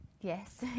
Yes